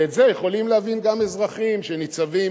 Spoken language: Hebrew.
ואת זה יכולים להבין גם אזרחים שניצבים